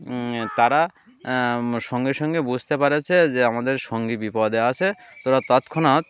তারা সঙ্গে সঙ্গে বুঝতে পারেছে যে আমাদের সঙ্গী বিপদে আছে তোরা তৎক্ষণাৎ